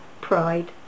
pride